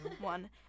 one